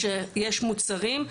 יש מוצרים.